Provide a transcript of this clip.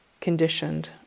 conditioned